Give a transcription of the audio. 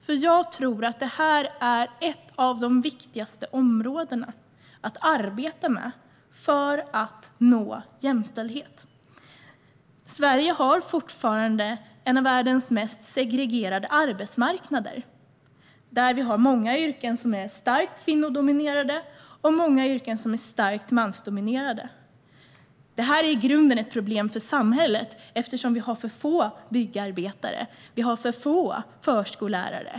Jag tror nämligen att detta är ett av de viktigaste områdena att arbeta med för att nå jämställdhet. Sverige har fortfarande en av världens mest segregerade arbetsmarknader, där vi har många yrken som är starkt kvinnodominerade och många yrken som är starkt mansdominerade. Detta är i grunden ett problem för samhället, eftersom vi har för få byggarbetare och för få förskollärare.